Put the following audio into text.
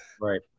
right